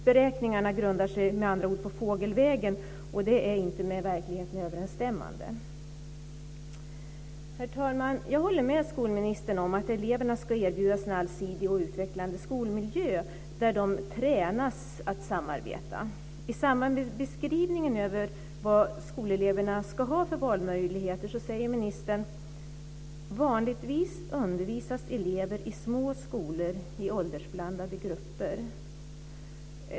Beräkningarna grundar sig med andra ord på fågelvägen, och det är inte med verkligheten överensstämmande. Herr talman! Jag håller med skolministern om att eleverna ska erbjudas en allsidig och utvecklande skolmiljö där de tränas att samarbeta. I samband med beskrivningen av vad skoleleverna ska ha för valmöjligheter säger ministern: Vanligtvis undervisas elever i små skolor i åldersblandade grupper.